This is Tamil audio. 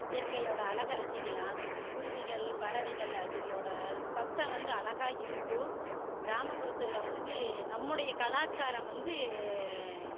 இயற்கையோட அழகை ரசிக்கலாம் குருவிகள் பறவைகள் அதுகளோட சத்தம் வந்து அழகாக இருக்கும் கிராமபுரத்தில் வந்து நம்முடைய கலாச்சாரம் வந்து